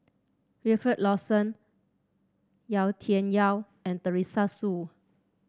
Wilfed Lawson Yau Tian Yau and Teresa Hsu